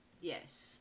Yes